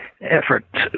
effort